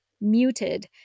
muted